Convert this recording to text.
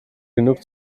genug